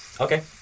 Okay